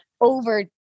over –